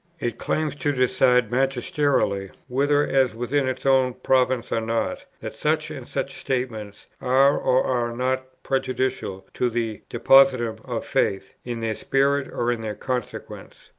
it claims to decide magisterially, whether as within its own province or not, that such and such statements are or are not prejudicial to the depositum of faith, in their spirit or in their consequences,